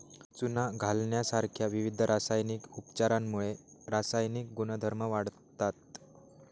चुना घालण्यासारख्या विविध रासायनिक उपचारांमुळे रासायनिक गुणधर्म वाढतात